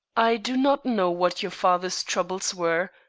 i do not know what your father's troubles were,